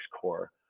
Core